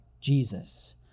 Jesus